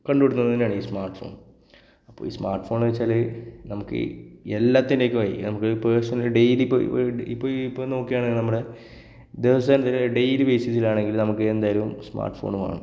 കണ്ടുപിടിത്തം തന്നെയാണ് ഈ സ്മാര്ട്ട് ഫോണ് അപ്പം ഈ സ്മാര്ട്ട് ഫോൺ ചോദിച്ചാൽ നമുക്ക് എല്ലാത്തിനേക്കുമായി നമുക്ക് പേര്സണല് ഡെയിലി ഇപ്പോൾ ഇപ്പം ഈ ഇപ്പം നോക്കുകയാണെങ്കിൽ നമ്മുടെ ദിവസം എന്തിന് ഡെയിലി ബേസിസിലാണെങ്കില് നമുക്ക് എന്തായാലും സ്മാര്ട്ട് ഫോൺ വേണം